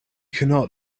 cannot